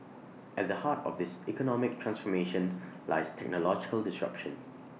at the heart of this economic transformation lies technological disruption